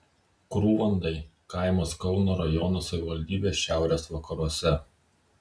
krūvandai kaimas kauno rajono savivaldybės šiaurės vakaruose